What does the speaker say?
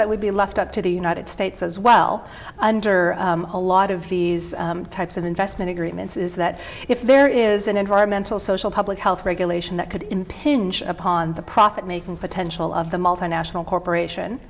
that would be left up to the united states as well under a lot of these types of investment agreements is that if there is an environmental social public health regulation that could impinge upon the profit making potential of the multinational corporation